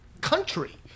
country